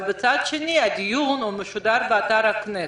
אבל מצד שני, הדיון משודר באתר הכנסת.